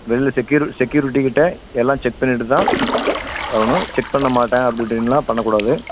வெளில செக்யூரி செக்யூரிட்டிக்கிட்டே எல்லாம் செக் பண்ணிகிட்டு தான் வரணும் செக் பண்ணமாட்டேன் அப்படி இப்படின்லாம் பண்ணக்கூடாது